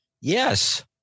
Yes